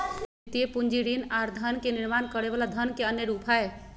वित्तीय पूंजी ऋण आर धन के निर्माण करे वला धन के अन्य रूप हय